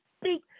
speak